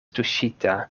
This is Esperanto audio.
tuŝita